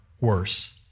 worse